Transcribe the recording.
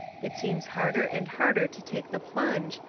it seems harder and harder to take the plunge,